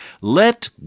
let